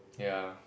ya